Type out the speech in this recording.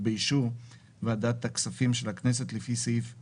ובאישור ועדת הכספים של הכנסת לפי סעיף 2(ב)